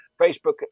Facebook